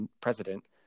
president